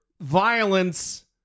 violence